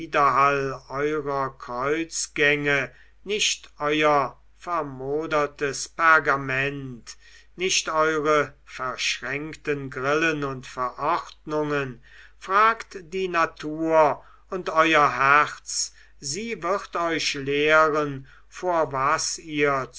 kreuzgänge nicht euer vermodertes pergament nicht eure verschränkten grillen und verordnungen fragt die natur und euer herz sie wird euch lehren vor was ihr